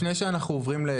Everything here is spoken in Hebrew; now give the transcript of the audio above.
לפני שאנחנו עוברים.